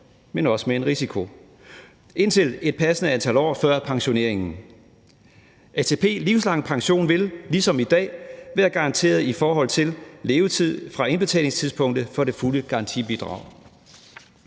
men også med en risiko, indtil et passende antal år før pensioneringen. ATP Livslang Pension vil ligesom i dag være garanteret i forhold til levetid fra indbetalingstidspunktet for det fulde garantibidrag.